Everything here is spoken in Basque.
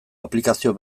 aplikazio